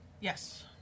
Yes